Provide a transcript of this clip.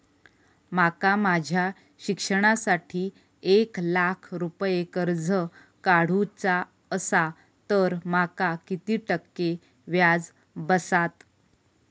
माका माझ्या शिक्षणासाठी एक लाख रुपये कर्ज काढू चा असा तर माका किती टक्के व्याज बसात?